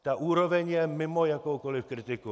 Ta úroveň je mimo jakoukoliv kritiku.